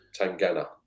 tangana